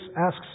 asks